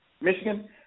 Michigan